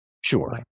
Sure